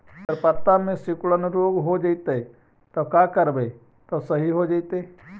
अगर पत्ता में सिकुड़न रोग हो जैतै त का करबै त सहि हो जैतै?